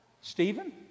Stephen